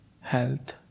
health